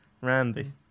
randy